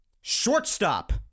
shortstop